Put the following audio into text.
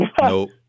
Nope